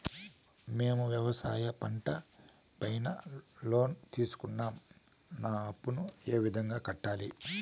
మేము వ్యవసాయ పంట పైన లోను తీసుకున్నాం నా అప్పును ఏ విధంగా కట్టాలి